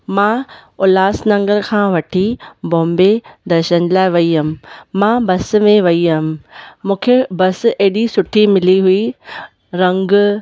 मां उल्हासनगर खां वठी बॉम्बे दर्शन लाइ वई हुअमि मां बस में वई हुअमि मूंखे बस एॾी सुठी मिली हुई रंग